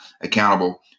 accountable